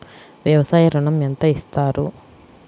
వ్యవసాయ ఋణం ఎంత ఇస్తారు?